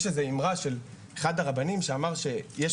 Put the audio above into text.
יש איזו אימרה של אחד הרבנים שאמר שיש